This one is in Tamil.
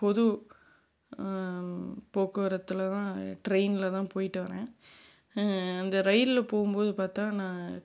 பொது போக்குவரத்தில் தான் டிரெயினில் தான் போயிட்டு வரேன் இந்த ரயிலில் போகும் போது பார்த்தா நான்